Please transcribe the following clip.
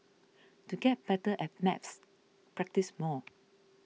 to get better at maths practise more